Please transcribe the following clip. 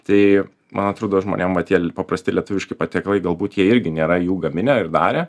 tai man atrodo žmonėm va tie paprasti lietuviški patiekalai galbūt jie irgi nėra jų gaminę ir darę